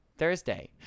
Thursday